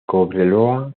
cobreloa